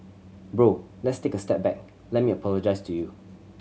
Bro let's take a step back let me apologise to you